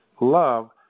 love